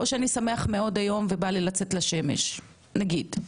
או שאני שמח היום מאוד ובא לי לצאת לשמש, למשל.